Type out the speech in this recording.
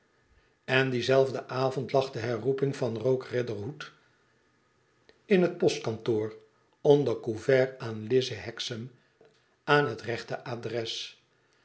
en dien zelfden avond lag de herroeping van rogue riderhood in het postkantoor onder couvert aan lize hexam aan het rechte adres